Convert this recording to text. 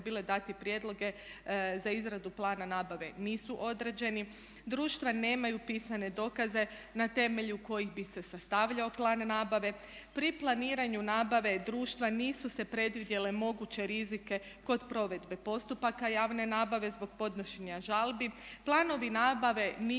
bile dati prijedloge za izradu plana nabave nisu određeni, društva nemaju pisane dokaze na temelju kojih bi se sastavljao plan nabave. Pri planiranju nabave društva nisu se predvidjele moguće rizike kod provedbe postupaka javne nabave zbog podnošenja žalbi, planovi nabave nisu